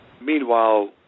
meanwhile